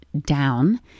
down